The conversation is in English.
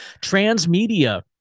Transmedia